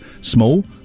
Small